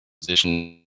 position